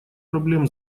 проблем